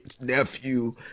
nephew